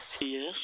Yes